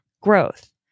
growth